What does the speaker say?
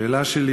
שאלתי: